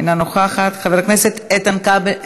אינה נוכחת, חבר הכנסת איתן כבל,